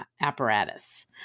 apparatus